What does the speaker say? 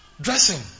dressing